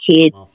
kids